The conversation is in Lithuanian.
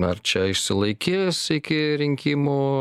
ar čia išsilaikys iki rinkimų